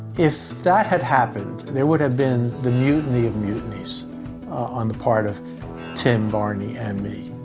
if that had happened, there would have been the mutiny of mutinies on the part of tim, barney and me.